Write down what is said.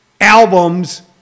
albums